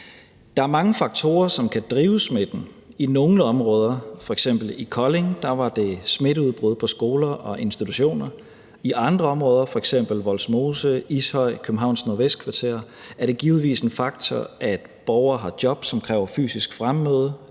Der er mange faktorer, som kan drive smitten. I nogle områder, f.eks. i Kolding, var det smitteudbrud på skoler og institutioner, i andre områder, f.eks. Vollsmose, Ishøj og Københavns nordvestkvarter er det givetvis en faktor, at borgere har job, som kræver fysisk fremmøde,